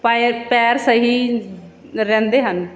ਪਾਇਰ ਪੈਰ ਸਹੀ ਰਹਿੰਦੇ ਹਨ